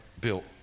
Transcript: built